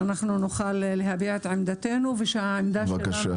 להעליב את המגזר הלא יהודי - בנושא של תשתית המים,